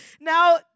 Now